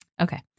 Okay